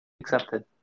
Accepted